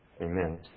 Amen